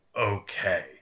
okay